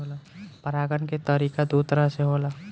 परागण के तरिका दू तरह से होला